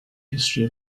history